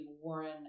Warren